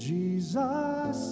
Jesus